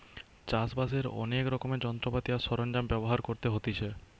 চাষ বাসের অনেক রকমের যন্ত্রপাতি আর সরঞ্জাম ব্যবহার করতে হতিছে